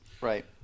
Right